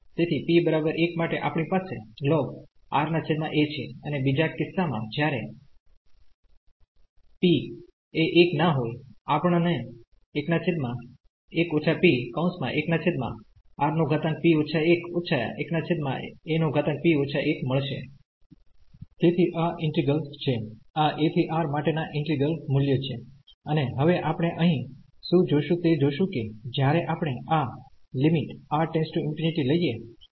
તેથી p 1 માટે આપણી પાસે છે અને બીજા કિસ્સામાં જ્યારે p ≠ 1 આપણને મળશે તેથી આ ઈન્ટિગ્રેલ્સ છે આ a થી R માટેના ઈન્ટિગ્રલમુલ્ય છે અને હવે આપણે અહીં શું જોશું તે જોશું કે જ્યારે આપણે આ ¿ લઈએ ત્યારે થાય છે